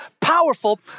powerful